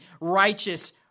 righteous